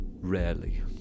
Rarely